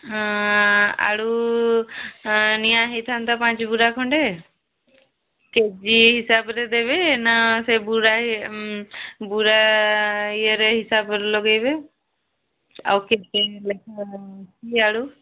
ହଁ ଆଳୁ ନିଆ ହୋଇଥାନ୍ତା ପାଞ୍ଚଗୁରା ଖଣ୍ଡେ କେ ଜି ହିସାବରେ ଦେବେ ନା ସେ ବୁରା ବୁରା ଇଏ ହିସାବରେ ଲଗାଇବେ ଆଉ କେତେ ଲେଖା ଅଛି ଆଳୁ